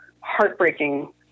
heartbreaking